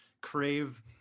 crave